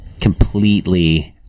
completely